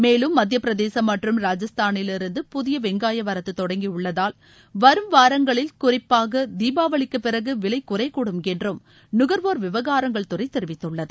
மேலும் மத்தியப்பிரதேசம் மற்றும் ராஜஸ்தானிலிருந்து புதிய வெங்காய வரத்து தொடங்கியுள்ளதால் வரும் வாரங்களில் குறிப்பாக தீபாவளிக்கு பிறகு விலை குறையக்கூடும் என்றும் நுகர்வோர் விவகாரங்கள் துறை தெரிவித்துள்ளது